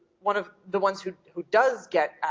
one of the ones who who does get